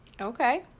Okay